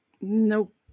nope